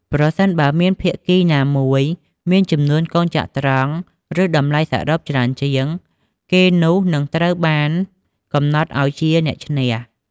ប្រសិនបើមានភាគីណាមួយមានចំនួនកូនចត្រង្គ ឬតម្លៃសរុបច្រើនជាង គេនោះនឹងត្រូវបានកំណត់ឲ្យជា អ្នកឈ្នះ។